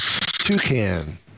Toucan